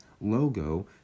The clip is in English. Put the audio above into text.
logo